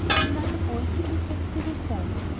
and another boy fitting for the civil service.